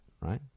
right